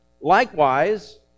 likewise